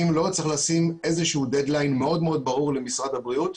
יש לי פה מכתבים שנכתבו בעניין הזה לגורמים המתאימים במשרד הפנים,